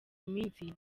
iminsi